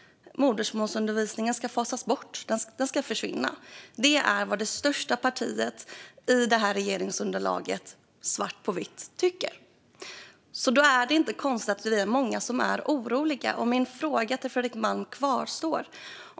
Modersmålsundervisningen ska fasas ut. Den ska försvinna. Det är, svart på vitt, vad det största partiet i det här regeringsunderlaget tycker. Då är det inte konstigt att vi är många som är oroliga. Min fråga till Fredrik Malm kvarstår.